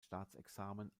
staatsexamen